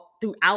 throughout